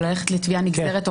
או ללכת לתביעה נגררת,